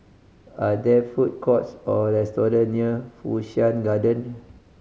are there food courts or restaurants near Fu Shan Garden